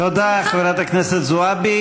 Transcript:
תודה, חברת הכנסת זועבי.